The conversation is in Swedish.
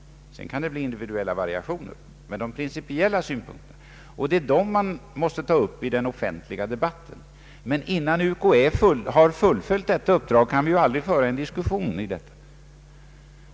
Sedan kan det bli individuella variationer. Det är de principiella synpunkterna man måste ta upp i den offentliga debatten. Innan UKÄ fullföljt sitt uppdrag kan vi aldrig föra en diskussion om detta.